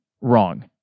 Wrong